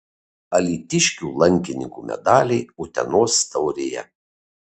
alytiškių lankininkų medaliai utenos taurėje